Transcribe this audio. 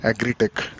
AgriTech